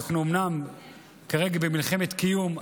אנחנו אומנם כרגע במלחמת קיום,